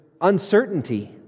uncertainty